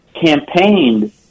campaigned